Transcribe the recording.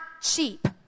cheap